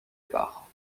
départ